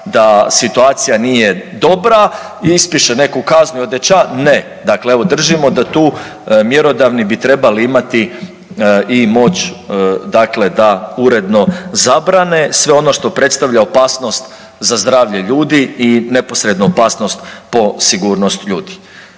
da situacija nije dobra, ispiše neku kaznu …/Govornik se ne razumije./… ne, dakle evo držimo da tu mjerodavni bi trebali imati i moć dakle da uredno zabrane, sve ono što predstavlja opasnost za zdravlje ljudi i neposrednu opasnost po sigurnost ljudi.